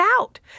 out